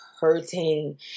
hurting